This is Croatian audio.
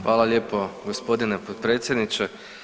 Hvala lijepo gospodine potpredsjedniče.